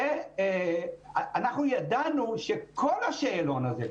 במקרים האלה אנחנו ידענו שכל השאלון הזה,